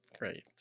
right